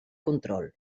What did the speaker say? control